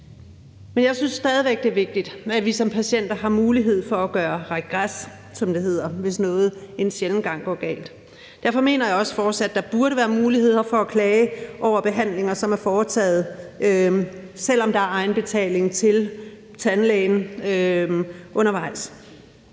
Men jeg synes stadig væk, det er vigtigt, at vi som patienter har mulighed for at gøre regres, som det hedder, hvis noget en sjælden gang går galt. Derfor mener jeg også, der fortsat burde være muligheder for at klage over behandlinger, som er foretaget, selv om der er egenbetaling til tandlægen undervejs.